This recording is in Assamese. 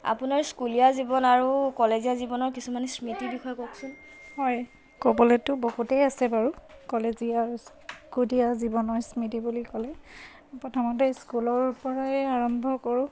আপোনাৰ স্কুলীয়া জীৱন আৰু কলেজীয়া জীৱনৰ কিছুমান স্মৃতিৰ বিষয়ে কওকচোন হয় ক'বলৈতো বহুতেই আছে বাৰু কলেজীয়া আৰু স্কুলীয়া জীৱনৰ স্মৃতি বুলি ক'লে প্ৰথমতে স্কুলৰপৰাই আৰম্ভ কৰোঁ